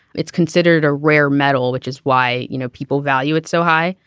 it's considered a rare metal which is why you know people value it so high.